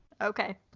okay